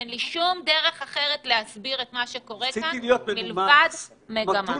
כולם יצאו שליליים וזה אומר שהנגן נדבק מחוץ